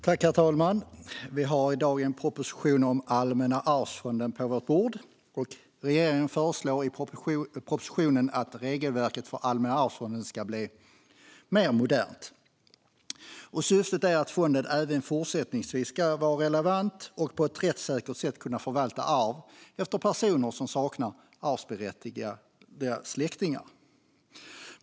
Herr talman! Vi har en proposition om Allmänna arvsfonden på vårt bord. Regeringen föreslår i propositionen att regelverket för Allmänna arvsfonden ska bli mer modernt. Syftet är att fonden även fortsättningsvis ska vara relevant och på ett rättssäkert sätt kunna förvalta arv efter personer som saknar arvsberättigade släktingar.